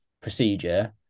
procedure